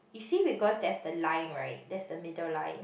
you see because there's the line right there's the middle line